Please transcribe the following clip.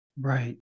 Right